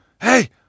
hey